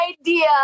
idea